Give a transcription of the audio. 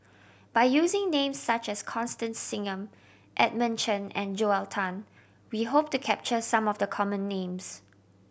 by using names such as Constance Singam Edmund Chen and Joel Tan we hope to capture some of the common names